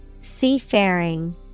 Seafaring